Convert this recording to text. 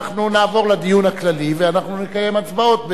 אנחנו נעבור לדיון הכללי ואנחנו נקיים הצבעות,